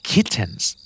Kittens